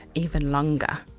even longer,